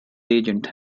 agent